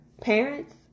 Parents